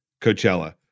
Coachella